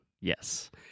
Yes